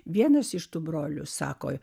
vienas iš tų brolių sako